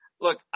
look